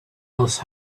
else